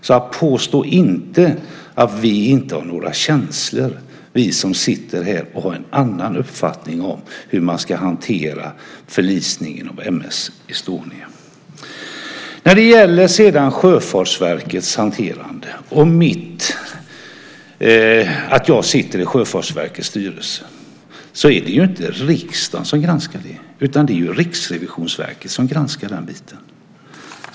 Så påstå inte att vi inte har några känslor, vi som sitter här och har en annan uppfattning om hur man ska hantera förlisningen av M/S Estonia! När det gäller Sjöfartsverkets hanterande och det faktum att jag sitter i Sjöfartsverkets styrelse så är det inte riksdagen som granskar det, utan det är Riksrevisionen som gör det.